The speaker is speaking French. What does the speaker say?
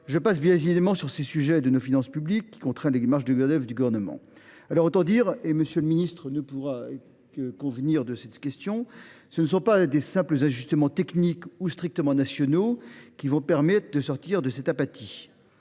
Je passe bien évidemment sur le sujet de nos finances publiques, qui contraint les marges de manœuvre du Gouvernement. Autant le dire – M. le ministre ne pourra qu’en convenir –, ce ne sont pas de simples ajustements techniques et strictement nationaux qui permettront de sortir de cette apathie.